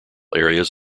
areas